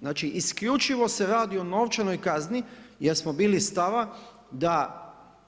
Znači isključivo se radi o novčanoj kazni jer smo bili stava da